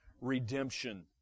redemption